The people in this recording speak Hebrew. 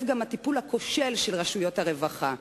גם הטיפול הכושל של רשויות הרווחה,